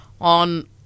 on